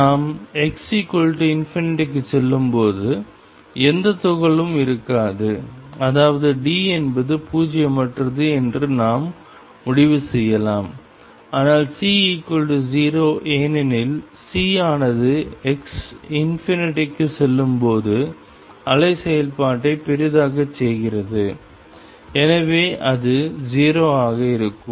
நாம் x∞ க்குச் செல்லும்போது எந்தத் துகள்களும் இருக்காது அதாவது D என்பது பூஜ்ஜியமற்றது என்று நாம் முடிவு செய்யலாம் ஆனால் C0 ஏனெனில் C ஆனது x க்கு செல்லும் போது அலை செயல்பாட்டை பெரிதாகச் செய்கிறது எனவே அது 0 ஆக இருக்கும்